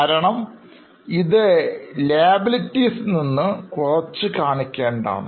കാരണം ഇത് Liabilities നിന്ന് കുറച്ചു കാണിക്കേണ്ടതാണ്